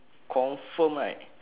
confirm right